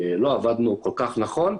עבדנו כל כך נכון,